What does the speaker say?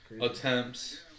attempts